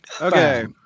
Okay